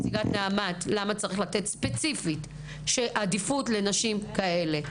נציגת נעמ"ת למה צריך לתת ספציפית עדיפות לנשים כאלה.